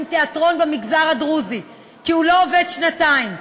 תיאטרון במגזר הדרוזי כי הוא לא עובד שנתיים,